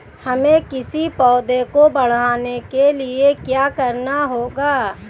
हमें किसी पौधे को बढ़ाने के लिये क्या करना होगा?